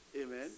Amen